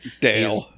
dale